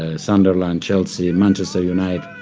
ah sunderland, chelsea, manchester united,